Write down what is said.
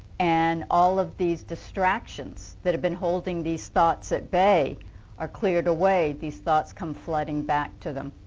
and all of these distractions that have been holding these thoughts at bay are cleared away, these thoughts come flooding back to them.